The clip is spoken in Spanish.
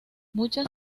muchas